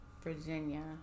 Virginia